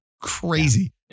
crazy